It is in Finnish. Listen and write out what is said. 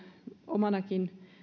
omanakin